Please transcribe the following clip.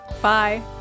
Bye